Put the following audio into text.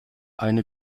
eine